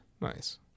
nice